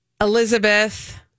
Elizabeth